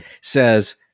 says